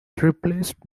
replaced